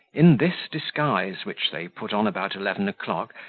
in this disguise, which they put on about eleven o'clock,